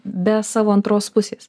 be savo antros pusės